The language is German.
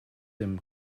dem